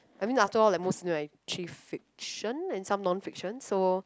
I mean after all like most of them are actually fiction and some non fiction so